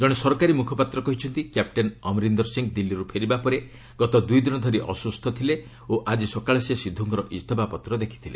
ଜଣେ ସରକାରୀ ମୁଖପାତ୍ର କହିଛନ୍ତି କ୍ୟାପଟେନ୍ ଅମରିନ୍ଦର ସିଂହ ଦିଲ୍ଲୀରୁ ଫେରିବା ପରେ ଗତ ଦୁଇ ଦିନ ଧରି ଅସୁସ୍ଥ ଥିଲେ ଓ ଆଜି ସକାଳେ ସେ ସିଦ୍ଧୁଙ୍କର ଇସ୍ତଫାପତ୍ର ଦେଖିଥିଲେ